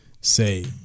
say